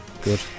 Good